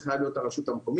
זה חייב להיות הרשות המקומית,